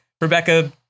Rebecca